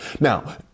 Now